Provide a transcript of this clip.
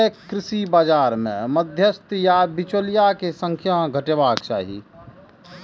भारतीय कृषि बाजार मे मध्यस्थ या बिचौलिया के संख्या घटेबाक चाही